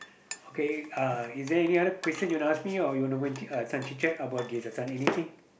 okay uh is there any other question you wanna ask me or you wanna uh this one go chit-chat about this one anything